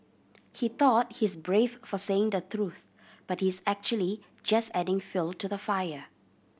he thought he's brave for saying the truth but he's actually just adding fuel to the fire